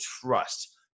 trust